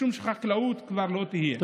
משום שהחקלאות כבר לא תהיה,